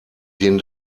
den